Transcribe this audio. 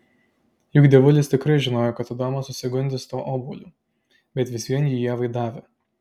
juk dievulis tikrai žinojo kad adomas susigundys tuo obuoliu bet vis vien jį ievai davė